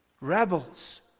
rebels